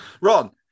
Ron